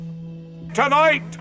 Tonight